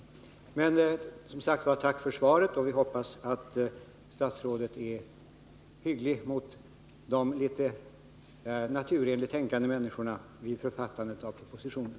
Men, som sagt: Tack för svaret! Vi hoppas att statsrådet är hygglig mot de litet naturenligt tänkande människorna vid författandet av propositionen.